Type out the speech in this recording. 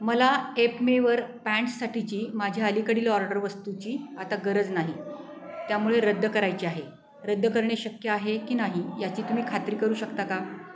मला एपमेवर पॅन्टसाठीची माझी अलीकडील ऑर्डर वस्तूची आता गरज नाही त्यामुळे रद्द करायची आहे रद्द करणे शक्य आहे की नाही याची तुम्ही खात्री करू शकता का